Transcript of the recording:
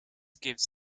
gives